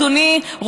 אדוני,